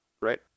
right